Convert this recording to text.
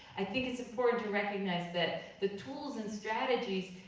i think it's important to recognize that the tools and strategies,